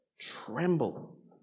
tremble